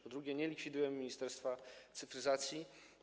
Po drugie, nie likwidujemy Ministerstwa Cyfryzacji.